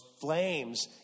flames